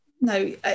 No